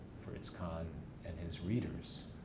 fritz kahn and his readers.